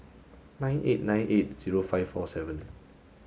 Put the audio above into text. nine eight nine eight zero five four seven